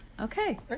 Okay